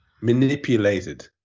manipulated